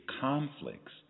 conflicts